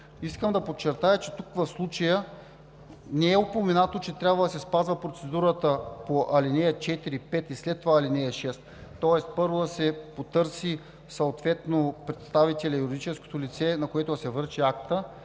Искам да подчертая, че тук в случая не е упоменато, че трябва да се спазва процедурата по ал. 4, 5 и след това по ал. 6, тоест първо да се потърси съответно представителят – юридическото лице, на което да се връчи акта,